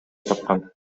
тапкан